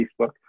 Facebook